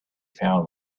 found